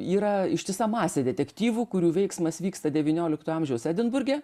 yra ištisa masė detektyvų kurių veiksmas vyksta devynioliktojo amžiaus edinburge